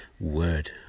word